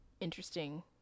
interesting